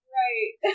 right